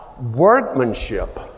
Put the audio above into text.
workmanship